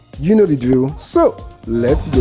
you know the drill, so lets